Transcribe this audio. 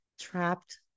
trapped